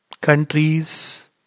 countries